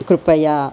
कृपया